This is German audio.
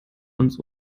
uns